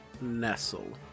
nestle